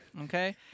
okay